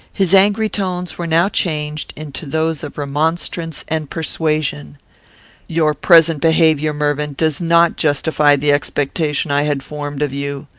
his angry tones were now changed into those of remonstrance and persuasion your present behaviour, mervyn, does not justify the expectation i had formed of you.